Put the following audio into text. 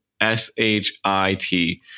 s-h-i-t